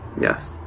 Yes